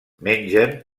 mengen